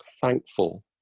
thankful